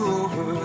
over